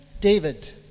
David